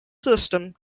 system